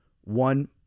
one